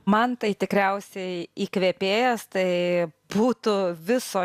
man tai tikriausiai įkvėpėjas tai būtų viso